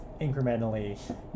incrementally